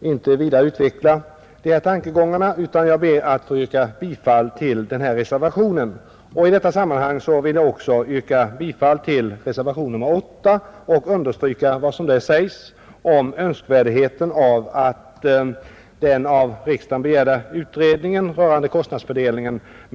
inte vidare gå in på de här tankegångarna, utan jag ber endast att få yrka bifall till reservationen 5.